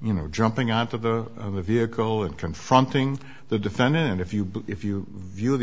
you know jumping out of the vehicle and confronting the defendant if you but if you view